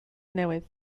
newydd